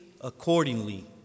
accordingly